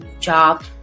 job